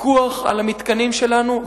פיקוח על המתקנים שלנו,